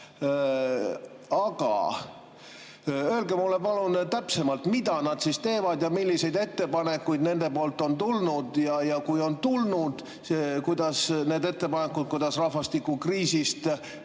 Öelge mulle palun täpsemalt, mida nad siis teevad ja milliseid ettepanekuid nendelt on tulnud. Ja kui on tulnud, kuidas need ettepanekud, kuidas rahvastikukriisist